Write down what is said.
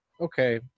Okay